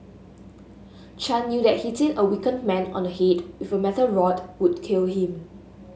Chan knew that hitting a weakened man on head with a metal rod would kill him